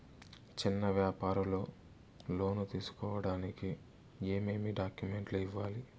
చిన్న వ్యాపారులు లోను తీసుకోడానికి ఏమేమి డాక్యుమెంట్లు ఇవ్వాలి?